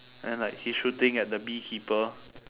and then like he's shooting at the beekeeper